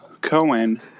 Cohen